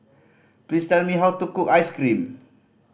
please tell me how to cook ice cream